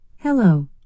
Hello